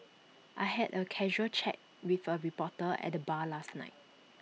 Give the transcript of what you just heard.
I had A casual chat with A reporter at the bar last night